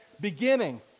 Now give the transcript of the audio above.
beginning